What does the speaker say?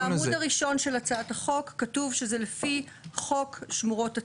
בעמוד הראשון של הצעת החוק כתוב שזה לפי חוק שמורות הטבע.